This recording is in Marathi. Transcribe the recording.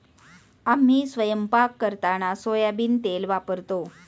आम्ही स्वयंपाक करताना सोयाबीन तेल वापरतो